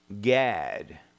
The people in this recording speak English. Gad